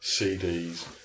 CDs